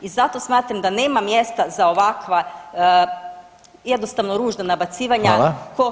I zato smatram da nema mjesta za ovakva jednostavno ružna nabacivanja tko